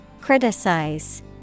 Criticize